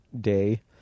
day